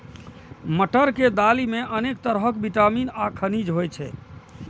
मटर के दालि मे अनेक तरहक विटामिन आ खनिज होइ छै